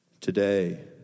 today